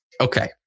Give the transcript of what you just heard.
okay